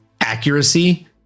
accuracy